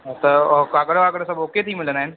हा त काॻर वाॻर सभु ओ के थी मिलंदा आहिनि